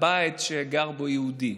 בבית שגר בו יהודי.